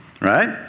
right